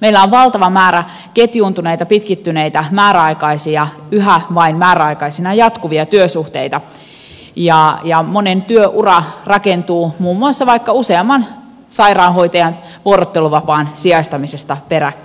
meillä on valtava määrä ketjuuntuneita pitkittyneitä määräaikaisia yhä vain määräaikaisina jatkuvia työsuhteita ja monen työura rakentuu muun muassa vaikka useamman sairaanhoitajan vuorotteluvapaan sijaistamisesta peräkkäin